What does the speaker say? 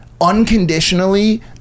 unconditionally